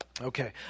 Okay